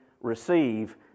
receive